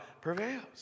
prevails